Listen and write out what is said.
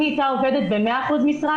אם היא היתה עובדת ב-100% משרה,